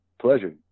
Pleasure